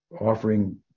offering